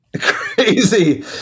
crazy